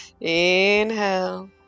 Inhale